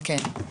כן.